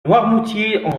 noirmoutier